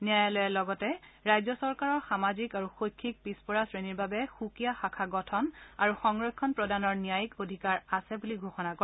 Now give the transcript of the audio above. ন্যায়ালয়ে লগতে ৰাজ্য চৰকাৰৰ সামাজিক আৰু শৈক্ষিক পিছপৰা শ্ৰেণীৰ বাবে সুকীয়া শাখা গঠন আৰু সংৰক্ষণ প্ৰদানৰ ন্যায়িক অধিকাৰ আছে বুলি ঘোষণা কৰে